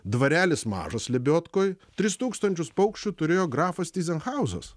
dvarelis mažas lebiodkoj tris tūkstančius paukščių turėjo grafas tyzenhauzas